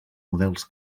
models